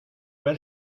ver